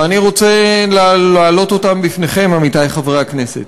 ואני רוצה להעלות אותם בפניכם, עמיתי חברי הכנסת.